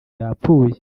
yarapfuye